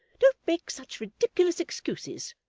don't make such ridiculous excuses.